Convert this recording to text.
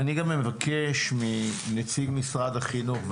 אני מבקש מנציג משרד החינוך,